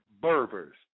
Berbers